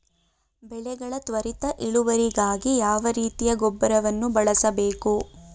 ಬೆಳೆಗಳ ತ್ವರಿತ ಇಳುವರಿಗಾಗಿ ಯಾವ ರೀತಿಯ ಗೊಬ್ಬರವನ್ನು ಬಳಸಬೇಕು?